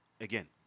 Again